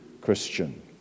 Christian